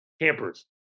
campers